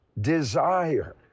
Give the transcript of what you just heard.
desire